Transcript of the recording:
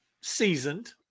seasoned